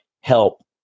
help